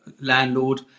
landlord